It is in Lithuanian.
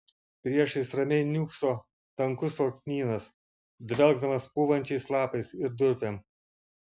priešais ramiai niūkso tankus alksnynas dvelkdamas pūvančiais lapais ir durpėm